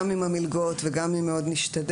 גם עם המלגות וגם אם מאוד נשתדל.